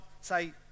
say